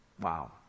Wow